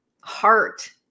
heart